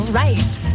right